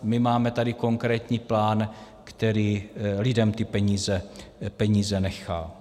My máme tady konkrétní plán, který lidem ty peníze nechá.